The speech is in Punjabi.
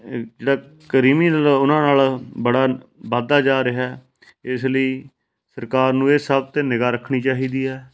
ਜਿਹੜਾ ਕਰੀਮੀਨਲ ਉਹਨਾਂ ਨਾਲ ਬੜਾ ਵੱਧਦਾ ਜਾ ਰਿਹਾ ਇਸ ਲਈ ਸਰਕਾਰ ਨੂੰ ਇਹ ਸਭ 'ਤੇ ਨਿਗਾਹ ਰੱਖਣੀ ਚਾਹੀਦੀ ਹੈ